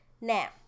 now